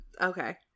okay